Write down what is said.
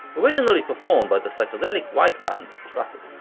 originally performed by the psychedelic white band traffic.